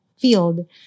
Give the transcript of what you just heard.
field